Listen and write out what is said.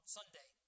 Sunday